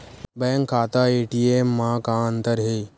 Bank खाता ATM मा का अंतर हे?